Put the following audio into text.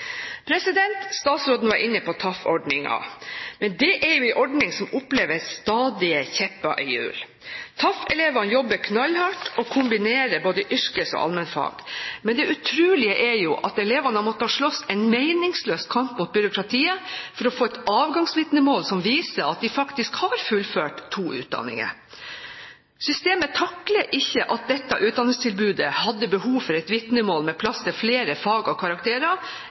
Statsråden var inne på TAF-ordningen, men det er en ordning som opplever stadig kjepper i hjulene. TAF-elevene jobber knallhardt og kombinerer både yrkes- og allmennfag. Men det utrolige er at elevene har måttet slåss en meningsløs kamp mot byråkratiet for å få et avgangsvitnemål som viser at de faktisk har fullført to utdanninger. Systemet taklet ikke at dette utdanningstilbudet hadde behov for et vitnemål med plass til flere fag og karakterer